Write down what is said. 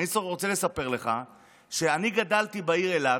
אני רוצה לספר לך שאני גדלתי בעיר אילת,